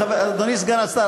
אדוני סגן השר,